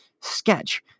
sketch